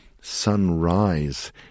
sunrise